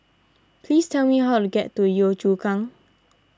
please tell me how to get to Yio Chu Kang